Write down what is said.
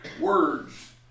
words